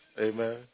Amen